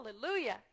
Hallelujah